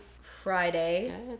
Friday